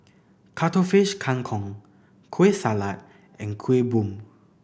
Cuttlefish Kang Kong Kueh Salat and Kuih Bom